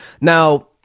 Now